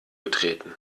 getreten